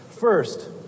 First